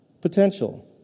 potential